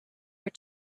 were